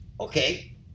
okay